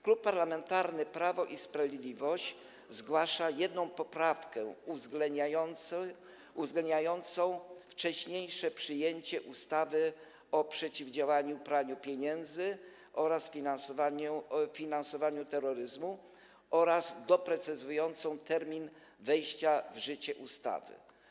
Klub Parlamentarny Prawo i Sprawiedliwość zgłasza jedną poprawkę uwzględniającą wcześniejsze przyjęcie ustawy o przeciwdziałaniu praniu pieniędzy oraz finansowaniu terroryzmu oraz doprecyzowującą termin wejścia w życie ustawy.